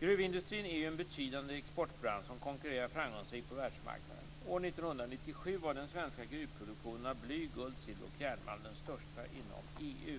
Gruvindustrin är en betydande exportbransch, som konkurrerar framgångsrikt på världsmarknaden. År 1997 var den svenska gruvproduktionen av bly-, guld-, silver och järnmalm den största inom EU.